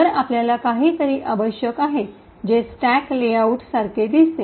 तर आपल्याला काहीतरी आवश्यक आहे जे स्टॅक लेआउट सारखे दिसते